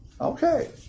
Okay